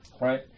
right